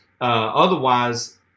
Otherwise